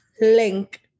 link